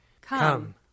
Come